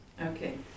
Okay